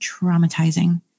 traumatizing